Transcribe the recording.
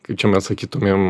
kaip čia mes sakytumėm